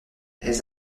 elles